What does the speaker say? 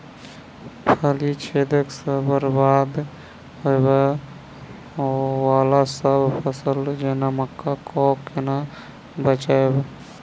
फली छेदक सँ बरबाद होबय वलासभ फसल जेना मक्का कऽ केना बचयब?